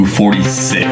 46